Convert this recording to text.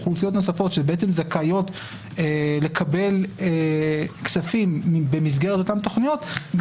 אוכלוסיות נוספות שזכאיות לקבל כספים במסגרת אותן תוכניות,